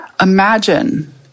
Imagine